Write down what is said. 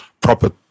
proper